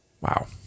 Wow